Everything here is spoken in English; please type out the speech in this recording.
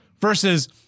Versus